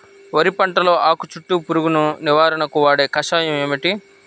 వరి పంటలో ఆకు చుట్టూ పురుగును నివారణకు వాడే కషాయం ఏమిటి?